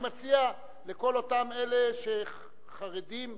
אני מציע לכל אלה שחרדים